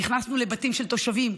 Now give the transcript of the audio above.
נכנסנו לבתים של תושבים,